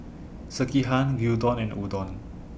Sekihan Gyudon and Udon